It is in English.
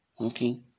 Okay